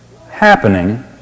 happening